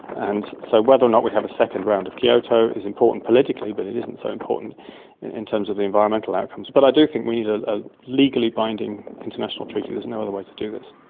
and so whether or not we have a second round of kyoto is important politically but it isn't so important in terms of the environmental outcomes. but i do think we need ah a legally binding international treaty, there is no other way to do this.